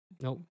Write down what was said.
Nope